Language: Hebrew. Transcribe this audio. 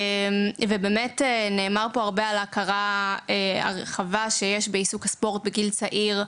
ובאמת נאמר פה הרבה על ההכרה הרחבה שיש בעיסוק הספורט בגיל צעיר,